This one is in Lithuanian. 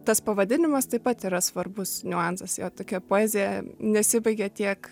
tas pavadinimas taip pat yra svarbus niuansas tokia poezija nesibaigia tiek